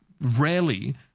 Rarely